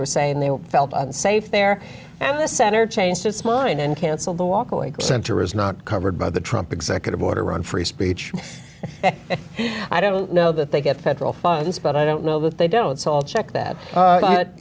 were saying they felt unsafe there and the center changed its mind and canceled the walkway center is not covered by the trump executive order on free speech and i don't know that they get federal funds but i don't know that they don't so all check that